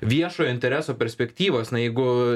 viešojo intereso perspektyvos na jeigu